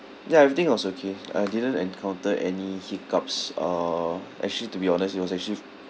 ya everything was okay I didn't encounter any hiccups uh actually to be honest it was actually